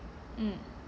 mm